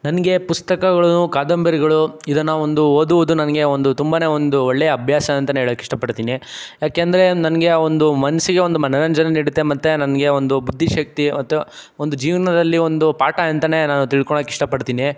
ನನಗೆ ಪುಸ್ತಕಗಳು ಕಾದಂಬರಿಗಳು ಇದನ್ನು ಒಂದು ಓದುವುದು ನನಗೆ ಒಂದು ತುಂಬಾ ಒಂದು ಒಳ್ಳೆಯ ಅಭ್ಯಾಸಂತನೆ ಹೇಳಕ್ ಇಷ್ಟಪಡ್ತೀನಿ ಯಾಕೆಂದರೆ ನನಗೆ ಒಂದು ಮನಸ್ಸಿಗೆ ಒಂದು ಮನರಂಜನೆ ನೀಡುತ್ತೆ ಮತ್ತೆ ನನಗೆ ಒಂದು ಬುದ್ಧಿಶಕ್ತಿ ಮತ್ತು ಒಂದು ಜೀವನದಲ್ಲಿ ಒಂದು ಪಾಠ ಅಂತನೆ ನಾನು ತಿಳ್ಕೊಳಕ್ಕೆ ಇಷ್ಟಪಡ್ತೀನಿ